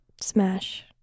smash